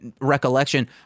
recollection